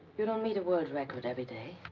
you don't meet a world record every day.